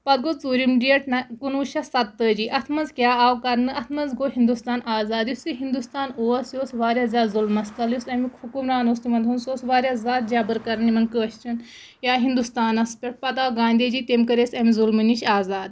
پَتہٕ گوٚو ژوٗرِم ڈیٹ نَ کُنوُہ شیٚتھ سَتہٕ تٲجی اَتھ منٛز کیٛاہ آو کَرنہٕ اَتھ منٛز گوٚو ہِندوستان آزاد یُس یہِ ہِندوستان اوس یہِ اوس واریاہ زیادٕ ظُلمَس تَل یُس اَمیُک حُکُمران اوس تِمَن دۄہَن سُہ اوس واریاہ زیادٕ جَبٕر کَران یِمَن کٲشرٮ۪ن یا ہِنٛدوستانَس پٮ۪ٹھ پَتہٕ آو گاندھی جی تٔمۍ کٔرۍ أسۍ اَمہِ ظلمہٕ نِش آزاد